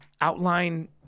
outline